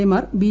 എമാർ ബി